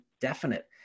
definite